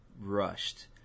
rushed